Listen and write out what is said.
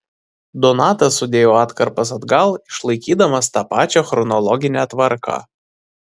donatas sudėjo atkarpas atgal išlaikydamas tą pačią chronologinę tvarką